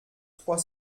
trois